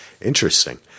Interesting